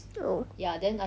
oh